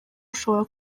ushobora